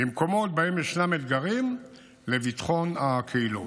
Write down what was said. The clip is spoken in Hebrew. במקומות שבהם ישנם אתגרים לביטחון הקהילות.